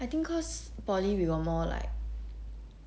I think cause poly we got more like